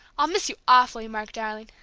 i'll miss you awfully, mark, darling.